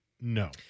No